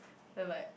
then like